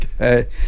okay